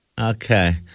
Okay